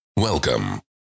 Welcome